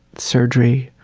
surgery.